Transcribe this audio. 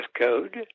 code